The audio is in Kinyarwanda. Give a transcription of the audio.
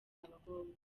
abakobwa